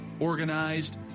organized